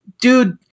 dude